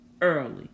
early